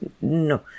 No